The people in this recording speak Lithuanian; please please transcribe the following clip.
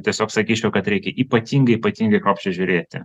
tiesiog sakyčiau kad reikia ypatingai ypatingai kruopščiai žiūrėti